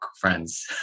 friends